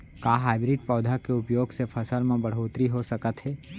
का हाइब्रिड पौधा के उपयोग से फसल म बढ़होत्तरी हो सकत हे?